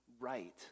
right